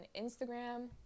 Instagram